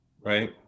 right